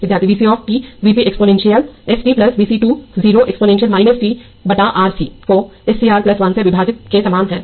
विद्यार्थी V c of t V p exponential s t V c 2 0 exponential t बटा R C को S C R 1 से विभाजित के समान है